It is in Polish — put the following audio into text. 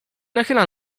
nachyla